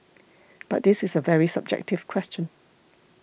but this is a very subjective question